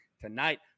tonight